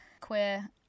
queer